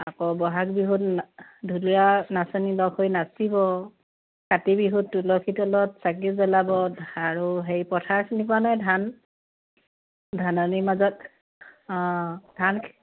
আকৌ বহাগ বিহুত না ঢুলীয়া নাচনী লগ হৈ নাচিব কাতি বিহুত তুলসী তলত চাকি জ্বলাব আৰু সেই পথাৰ চিনি পোৱা নহয় ধান ধাননিৰ মাজত অঁ ধান